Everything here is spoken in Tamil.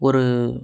ஒரு